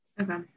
Okay